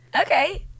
Okay